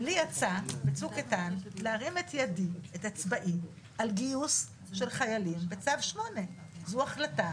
על צו 8. לי יצא להרים את ידי על גיוס של חיילים בצו 8. זו החלטה